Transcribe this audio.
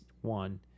one